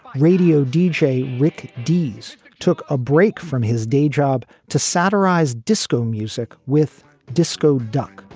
radio deejay rick d took a break from his day job to satirize disco music with disco duck,